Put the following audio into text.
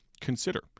consider